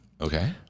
Okay